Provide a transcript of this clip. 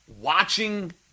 watching